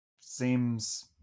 Seems